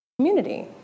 community